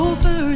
Over